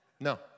No